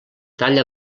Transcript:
talla